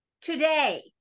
today